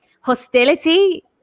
hostility